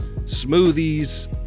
smoothies